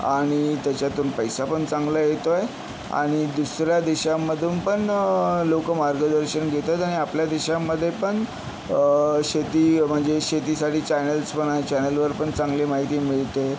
आणि त्याच्यातून पैसापण चांगला येतोय आणि दुसऱ्या देशांमधूनपण लोक मार्गदर्शन घेतात आणि आपल्या देशातमध्येपण शेती म्हणजे शेतीसाठी चॅनेल्स पण आहेत चॅनेल वरपण चांगली माहिती मिळते